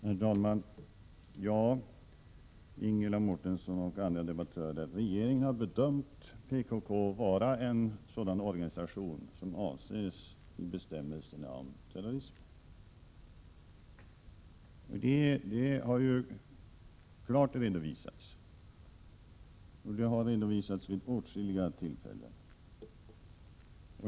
Herr talman! Jag vill säga till Ingela Mårtensson och övriga debattörer att regeringen har bedömt PKK som en sådan organisation som avses i bestämmelserna om terrorism. Det har klart redovisats vid åtskilliga tillfällen.